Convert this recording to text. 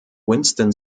winston